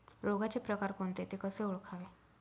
रोगाचे प्रकार कोणते? ते कसे ओळखावे?